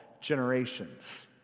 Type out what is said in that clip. generations